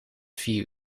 vier